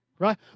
Right